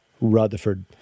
Rutherford